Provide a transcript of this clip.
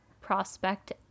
prospect